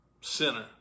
sinner